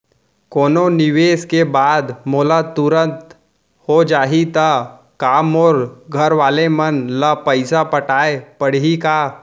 कोनो निवेश के बाद मोला तुरंत हो जाही ता का मोर घरवाले मन ला पइसा पटाय पड़ही का?